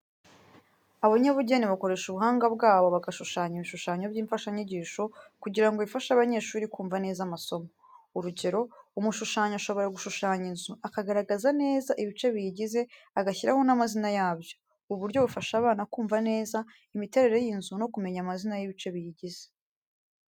Abanyabugeni bakoresha ubuhanga bwabo bagashushanya ibishushanyo by'imfashanyigisho kugira ngo bifashe abanyeshuri kumva neza amasomo. Urugero, umushushanyi ashobora gushushanya inzu, akagaragaza neza ibice biyigize agashyiraho n'amazina yabyo. Ubu buryo bufasha abana kumva neza imiterere y'inzu no kumenya amazina y'ibice biyigize.